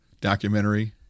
documentary